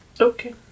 Okay